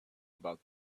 about